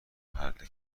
محل